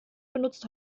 benutzt